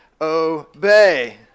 obey